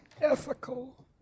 ethical